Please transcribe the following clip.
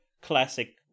classic